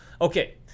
okay